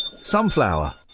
Sunflower